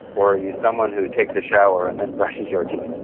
or are you someone who takes a shower and then brushes your teeth?